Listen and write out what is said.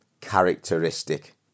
characteristic